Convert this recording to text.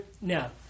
now